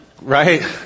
right